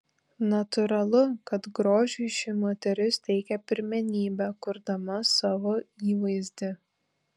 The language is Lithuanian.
natūralu kad grožiui ši moteris teikia pirmenybę kurdama savo įvaizdį